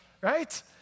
right